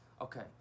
Okay